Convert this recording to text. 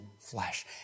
flesh